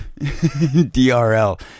DRL